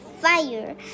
fire